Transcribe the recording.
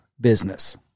business